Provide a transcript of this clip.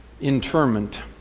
interment